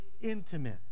intimate